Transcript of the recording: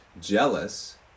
jealous